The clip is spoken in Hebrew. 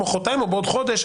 מחרתיים או בעוד חודש,